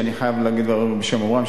שאני חייב לומר דברים בשם אומרם,